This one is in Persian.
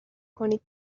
کنید